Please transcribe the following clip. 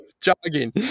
Jogging